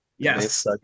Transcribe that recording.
yes